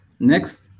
Next